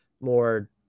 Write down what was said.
more